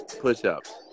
push-ups